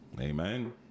Amen